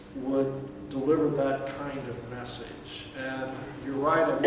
would deliver that kind of message, and you're right